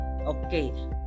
okay